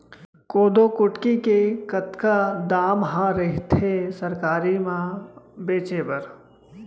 कोदो कुटकी के कतका दाम ह रइथे सरकारी म बेचे बर?